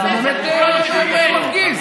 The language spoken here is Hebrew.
אתה לא מגיע,